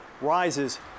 rises